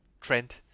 Trent